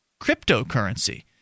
cryptocurrency